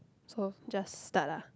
so just start ah